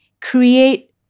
create